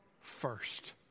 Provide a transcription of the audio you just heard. first